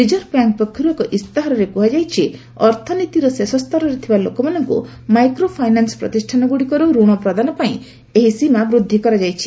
reserve Bank ପକ୍ଷରୁ ଏକ ଇସ୍ତାହାରରେ କୁହାଯାଇଛି ଅର୍ଥନୀତିର ଶେଷସ୍ତରରେ ଥିବା ଲୋକମାନଙ୍କୁ ମାଇକ୍ରୋ ଫାଇନାନୁ ପ୍ରତିଷ୍ଠାନଗୁଡ଼ିକରୁ ରଣ ପ୍ରଦାନ ପାଇଁ ଏହି ସୀମା ବୃଦ୍ଧି କରାଯାଇଛି